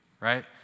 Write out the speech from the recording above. right